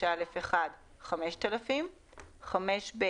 בשקלים "(5א) 35(6א)(1) 5,000 (5ב)